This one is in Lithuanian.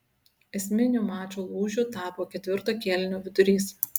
esminiu mačo lūžiu tapo ketvirto kėlinio vidurys